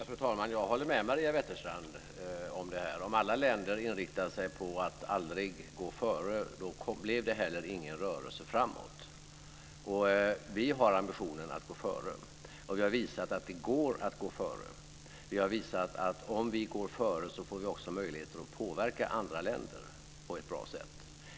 Fru talman! Jag håller med Maria Wetterstrand om det här. Om alla länder inriktar sig på att aldrig gå före blir det heller ingen rörelse framåt. Vi har ambitionen att gå före. Vi har visat att det går att gå vidare. Vi har visat att om vi går före får vi också möjligheter att påverka andra länder på ett bra sätt.